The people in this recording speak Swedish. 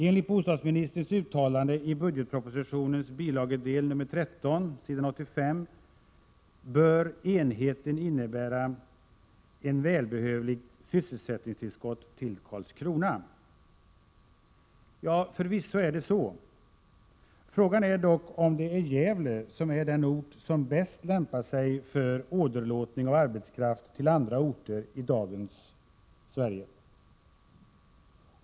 Enligt bostadsministerns uttalande i budgetpropositionens bilagedel nr 13 s. 85 ”bör enheten innebära ett välbehövligt sysselsättningstillskott till Karlskrona”. Förvisso är det så. Frågan är dock om Gävle i dagens läge är den ort som bäst lämpar sig för åderlåtning av arbetskraft till andra orter.